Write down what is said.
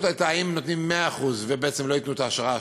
הייתה אם נותנים 100% ובעצם לא ייתנו את ההעשרה,